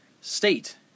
state